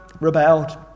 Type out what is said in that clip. rebelled